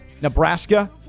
Nebraska